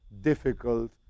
difficult